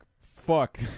fuck